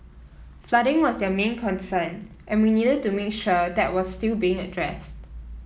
flooding was their main concern and we needed to make sure that was still being addressed